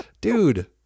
dude